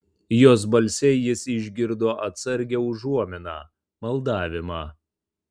jos balse jis išgirdo atsargią užuominą maldavimą